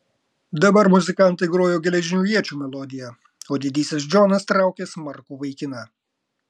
dabar muzikantai grojo geležinių iečių melodiją o didysis džonas traukė smarkų vaikiną